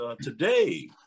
Today